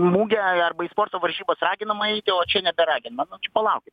mugę arba į sporto varžybas raginama eiti o čia nebe raginama nu čia palaukit